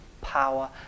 power